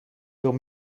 door